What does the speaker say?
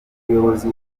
w’umurenge